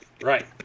Right